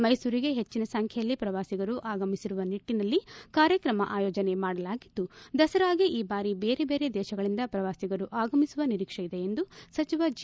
ಮೈಸೂರಿಗೆ ಹೆಜ್ಜಿನ ಸಂಖ್ಯೆಯಲ್ಲಿ ಪ್ರವಾಸಿಗರು ಆಗಮಿಸುವ ನಿಟ್ಟಿನಲ್ಲಿ ಕಾರ್ಯತ್ರಮ ಆಯೋಜನೆ ಮಾಡಲಾಗಿದ್ದು ದಸರಾಗೆ ಈ ಬಾರಿ ಬೇರೆ ಬೇರೆ ದೇಶಗಳಿಂದ ಪ್ರವಾಸಿಗರು ಆಗಮಿಸುವ ನಿರೀಕ್ಷೆ ಇದೆ ಎಂದು ಸಚಿವ ಜಿ